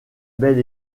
belle